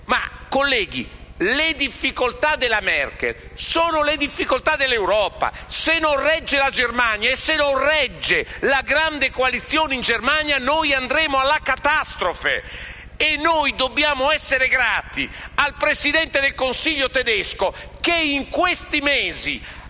Colleghi, le difficoltà della Merkel sono le difficoltà dell'Europa. Se non regge la Germania e se non regge la grande coalizione in Germania, noi andremo alla catastrofe. E noi dobbiamo essere grati alla Cancelliera tedesca, che in questi mesi